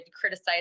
criticize